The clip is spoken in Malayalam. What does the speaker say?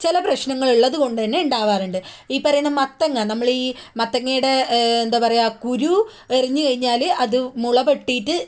ചില പ്രശ്നങ്ങൾ ഉള്ളത് കൊണ്ട് തന്നെ ഉണ്ടാവാറുണ്ട് ഈ പറയുന്ന മത്തങ്ങ നമ്മൾ ഈ മത്തങ്ങയുടെ എന്താ പറയാ കുരു എറിഞ്ഞ് കഴിഞ്ഞാല് അത് മുള പൊട്ടീട്ട്